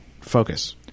focus